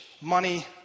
money